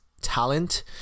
talent